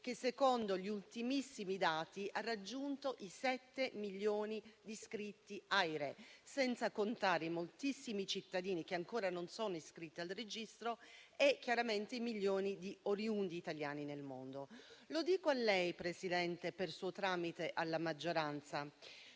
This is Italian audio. che secondo gli ultimissimi dati hanno raggiunto i sette milioni di iscritti AIRE, senza contare i moltissimi cittadini che ancora non sono iscritti al registro e chiaramente i milioni di oriundi italiani nel mondo. Lo dico a lei, Presidente, e per suo tramite alla maggioranza: